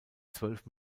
zwölf